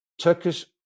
Turkish